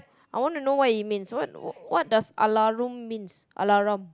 I want to know what it means what what does alarum means alarum